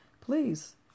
please